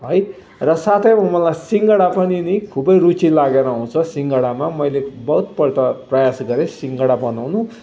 है र साथैमा मलाई सिङ्गडा पनि नि खुबै रुचि लागेर आउँछ सिङ्गडामा मैले बहुतपल्ट प्रयास गरे सिङ्गडा बनाउनु